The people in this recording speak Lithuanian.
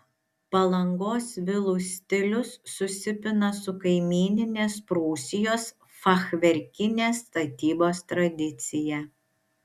palangos vilų stilius susipina su kaimyninės prūsijos fachverkinės statybos tradicija